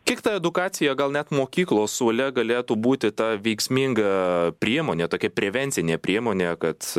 kiek ta edukacija gal net mokyklos suole galėtų būti ta veiksminga priemonė tokia prevencinė priemonė kad